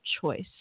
choice